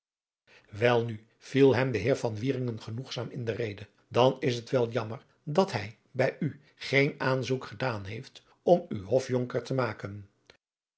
wel nu viel hem de heer van wieringen genoegzaam in de rede dan is het wel jammer dat hij bij u geen aanzoek gedaan heeft om u hofjonker te maken